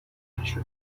نشده